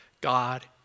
God